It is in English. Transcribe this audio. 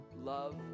love